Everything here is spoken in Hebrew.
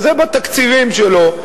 וזה בתקציבים שלו.